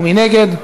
מי נגד?